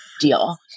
deal